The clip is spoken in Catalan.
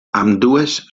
ambdues